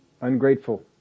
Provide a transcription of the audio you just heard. ungrateful